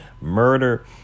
murder